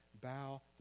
bow